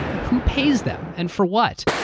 who pays them? and for what?